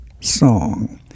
song